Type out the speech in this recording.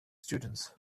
students